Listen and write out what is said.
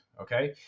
Okay